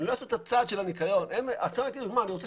הם לא יעשו את הצעד של הניקיון --- מה,